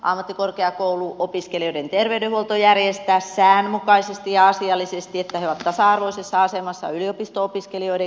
aiotaanko ammattikorkeakouluopiskelijoiden terveydenhuolto järjestää säännönmukaisesti ja asiallisesti että he ovat tasa arvoisessa asemassa yliopisto opiskelijoiden kanssa